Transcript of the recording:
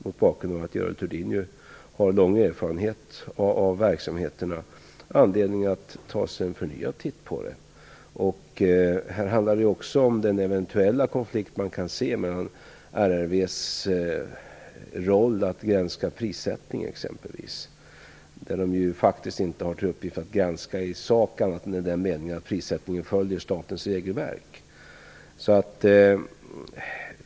Mot bakgrund av att Görel Thurdin har lång erfarenhet av verksamheterna finns det självfallet anledning att ta sig en förnyad titt på detta. Det handlar också om den eventuella konflikten när det gäller RRV:s roll att granska exempelvis prissättning. I sak har man faktiskt inte till uppgift att granska annat än att prissättningen följer statens regelverk.